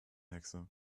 hexe